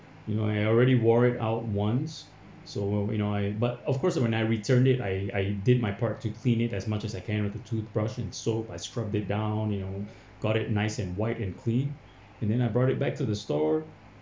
you know I already wore it out once so when you know I but of course when I return it I I did my part to clean it as much as I can with a toothbrush and soap I scrub it down you know got it nice and white and clean and then I brought it back to the store